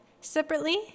separately